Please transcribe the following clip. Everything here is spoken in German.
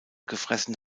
gefressen